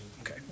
Okay